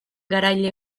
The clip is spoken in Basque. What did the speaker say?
garaile